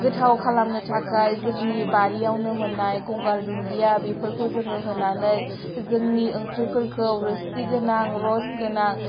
गोथाव खालामनो थाखाय जोंनि बारियावनो मोननाय गंगार धुन्दिया बेफोरखौ जोङो होनानै जोंनि ओंख्रिफोरखौ रोसिगोनां रसगोनां